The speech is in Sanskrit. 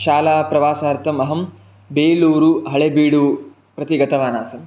शालाप्रवासार्थमहं बेलूरु हलेबीडु प्रति गतवान् आसम्